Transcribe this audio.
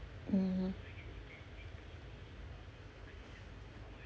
mm